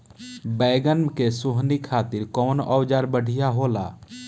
बैगन के सोहनी खातिर कौन औजार बढ़िया होला?